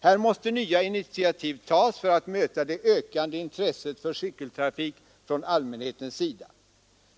Här måste nya initiativ tas för att möta det ökande intresset för cykeltrafik från allmänhetens sida.